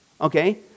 Okay